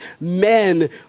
men